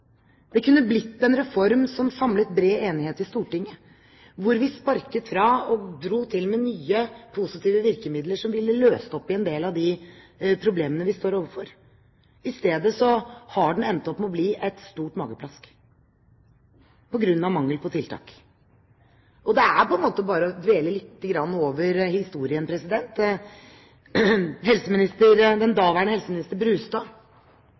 Det kunne blitt en reform som samlet bred enighet i Stortinget, hvor vi sparket fra og dro til med nye positive virkemidler som ville løst opp i en del av de problemene vi står overfor. I stedet har den endt opp med å bli et stort mageplask på grunn av mangel på tiltak. Det er på en måte bare å dvele litt ved historien. Den daværende helseminister Brustad